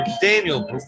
Daniel